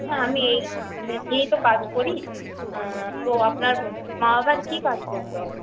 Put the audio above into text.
না আমি এই নিয়ে তো কাজ করি তো আপনার মা বাবার কি কাজ করতে হবে